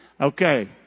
Okay